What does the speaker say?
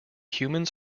humans